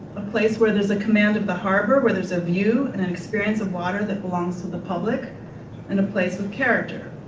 a place where there's a command of the harbor, where's there's a view and and experience of water that belongs to the public and a place of character.